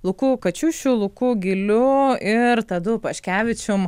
luku kačiušiu luku giliu ir tadu paškevičium